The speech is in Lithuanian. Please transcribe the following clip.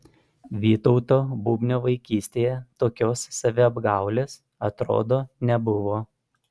vytauto bubnio vaikystėje tokios saviapgaulės atrodo nebuvo